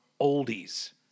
oldies